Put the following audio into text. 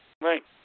right